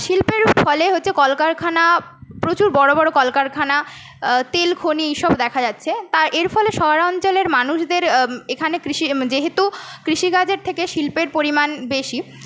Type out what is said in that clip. শিল্পের ফলে হচ্ছে কলকারখানা প্রচুর বড় বড় কলকারখানা তেলখনি এইসব দেখা যাচ্ছে তা এর ফলে শহরে অঞ্চলের মানুষদের এখানে কৃষির যেহেতু কৃষিকাজের থেকে শিল্পের পরিমাণ বেশি